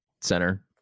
center